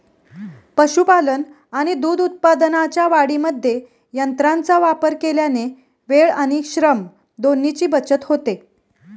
पशुपालन आणि दूध उत्पादनाच्या वाढीमध्ये यंत्रांचा वापर केल्याने वेळ आणि श्रम दोन्हीची बचत होते